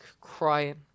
crying